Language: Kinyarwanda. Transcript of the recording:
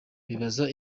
bibaza